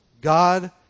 God